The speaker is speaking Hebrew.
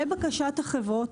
לבקשת החברות,